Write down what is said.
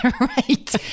Right